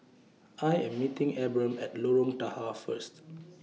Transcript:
I Am meeting Abram At Lorong Tahar First